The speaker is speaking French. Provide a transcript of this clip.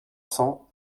cents